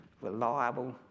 reliable